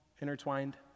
intertwined